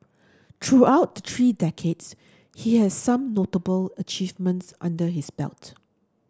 throughout the three decades he has some notable achievements under his belt